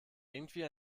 irgendwie